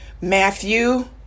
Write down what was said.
Matthew